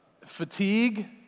Fatigue